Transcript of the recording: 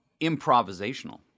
improvisational